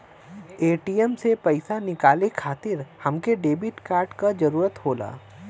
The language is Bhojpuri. ए.टी.एम से पइसा निकाले खातिर हमके डेबिट कार्ड क जरूरत होला